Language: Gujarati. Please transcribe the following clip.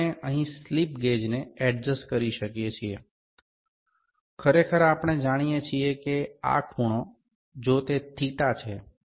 આપણે અહીં સ્લિપ ગેજને એડજસ્ટ કરી શકીએ છીએ ખરેખર આપણે જાણીએ છીએ કે આ ખૂણો જો તે θ છે